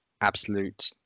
absolute